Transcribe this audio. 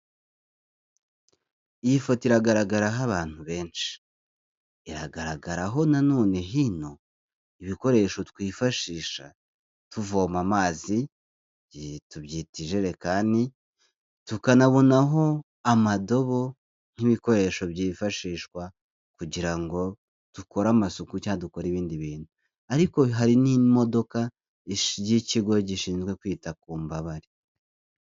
Iyi foto iragaragaraho abantu benshi, iragaragaraho nanone hino ibikoresho twifashisha tuvoma amazi, tubyita ijerekani tukanabonaho amadobo n'ibikoresho byifashishwa kugira ngo dukore amasuku cyangwa dukora ibindi bintu ariko hari n'imodoka y'ikigo gishinzwe kwita ku mbabare.